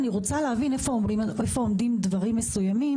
אני רוצה להבין איפה עומדים דברים מסוימים